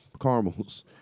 caramels